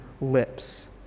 lips